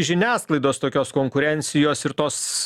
žiniasklaidos tokios konkurencijos ir tos